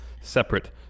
separate